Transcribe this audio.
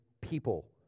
people